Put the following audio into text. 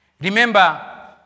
Remember